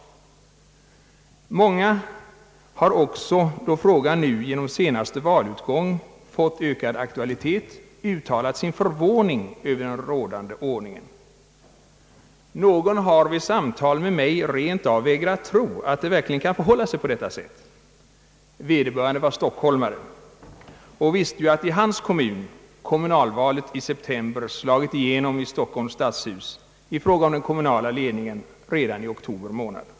Många har också, då frågan nu genom den senatse valutgången fått ökad aktualitet, uttalat sin förvåning över den rådande ordningen. Någon har vid samtal med mig rent av vägrat tro att det verkligen kan förhålla sig på detta sätt. Vederbörande var stockholmare och visste att kommunalvalet i september i hans kommun slagit igenom i Stockholms stadshus i fråga om den kommunala ledningen redan i oktober månad.